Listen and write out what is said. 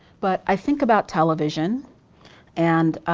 but i think about television and